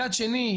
מצד שני,